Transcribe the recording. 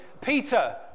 Peter